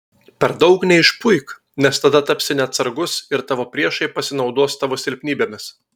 per daug neišpuik nes tada tapsi neatsargus ir tavo priešai pasinaudos tavo silpnybėmis